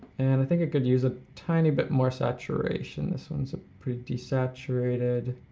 and i think it could use a tiny bit more saturation, this one's pretty saturated.